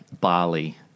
Bali